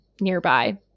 nearby